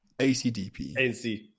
ACDP